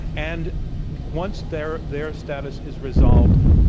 and once their their status is resolved,